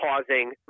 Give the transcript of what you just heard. causing